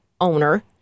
owner